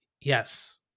Yes